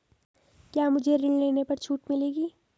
क्या मुझे ऋण लेने पर छूट मिलेगी?